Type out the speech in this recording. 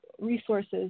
resources